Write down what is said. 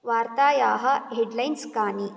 वार्तायाः हेड्लाईन्स् कानि